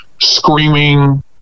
screaming